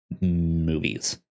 movies